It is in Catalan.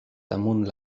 damunt